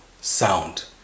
sound